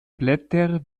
blätter